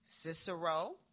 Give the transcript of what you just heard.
Cicero